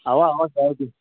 اوا اوا کیٛازِ نہٕ